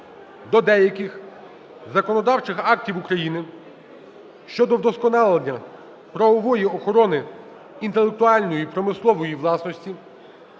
до деяких законодавчих актів України щодо вдосконалення правової охорони інтелектуальної (промислової) власності